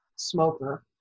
smoker